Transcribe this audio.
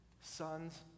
sons